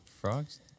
Frogs